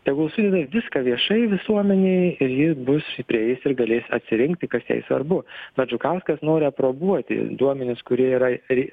tegul sudeda viską viešai visuomenei ir ji bus prieis ir galės atsirinkti kas jai svarbu pats žukauskas nori aprobuoti duomenis kurie yra ir